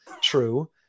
True